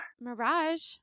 Mirage